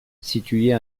situé